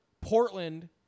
Portland